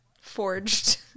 forged